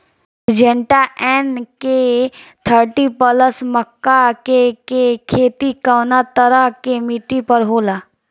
Syngenta NK thirty plus मक्का के के खेती कवना तरह के मिट्टी पर होला?